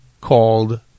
called